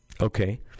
okay